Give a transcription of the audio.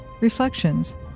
Reflections